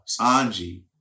Sanji